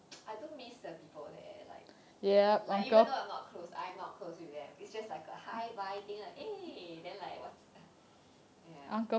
I don't miss the people there like like like even though I'm not close I'm not close with them it's just like a hi bye thing like eh then like what's ya